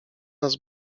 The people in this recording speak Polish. nas